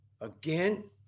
Again